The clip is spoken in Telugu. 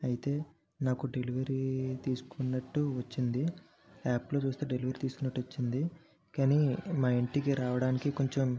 అయితే నాకు డెలివరీ తీసుకున్నట్టు వచ్చింది యాప్లో చూస్తే డెలివరీ తీసుకున్నట్టు వచ్చింది కానీ మా ఇంటికి రావడానికి కొంచెం